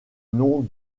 nom